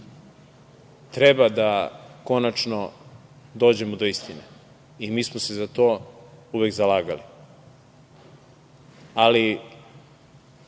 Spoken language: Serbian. treba da konačno dođemo do istine i mi smo se za to uvek zalagali, ali